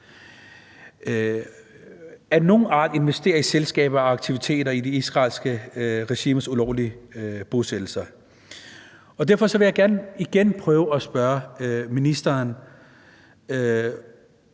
det offentlige, investerer i selskaber og aktiviteter af nogen art i det israelske regimes ulovlige bosættelser. Og derfor vil jeg gerne igen prøve at spørge ministeren,